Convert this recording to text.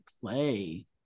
Play